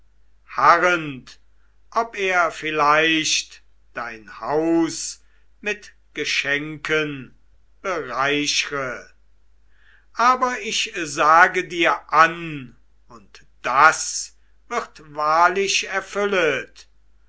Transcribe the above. harrend ob er vielleicht dein haus mit geschenken bereichre aber ich sage dir an und das wird wahrlich erfüllet